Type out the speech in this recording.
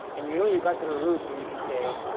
and you know you got to the root when you can say,